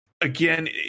again